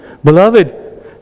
Beloved